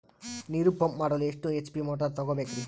ನೀರು ಪಂಪ್ ಮಾಡಲು ಎಷ್ಟು ಎಚ್.ಪಿ ಮೋಟಾರ್ ತಗೊಬೇಕ್ರಿ?